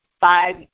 five